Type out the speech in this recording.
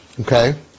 Okay